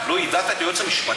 לא יידעת את היועץ המשפטי?